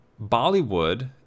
Bollywood